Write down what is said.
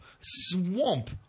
swamp